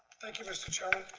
thank you, mr chairman.